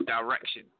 direction